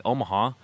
Omaha